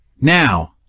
Now